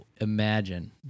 imagine